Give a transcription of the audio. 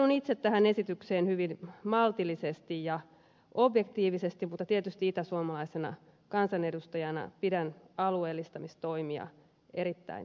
suhtaudun itse tähän esitykseen hyvin maltillisesti ja objektiivisesti mutta tietysti itäsuomalaisena kansanedustajana pidän alueellistamistoimia erittäin tärkeinä